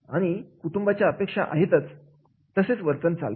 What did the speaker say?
कुटुंबाच्या अपेक्षा आहेत तसे वर्तन चालते